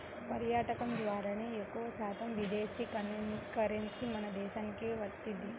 పర్యాటకం ద్వారానే ఎక్కువశాతం విదేశీ కరెన్సీ మన దేశానికి వత్తది